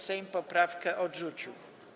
Sejm poprawkę odrzucił.